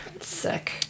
sick